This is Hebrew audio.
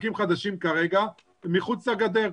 עסקים חדשים כרגע הם מחוץ לגדר.